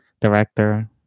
director